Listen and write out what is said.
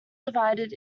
divided